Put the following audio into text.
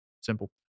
simple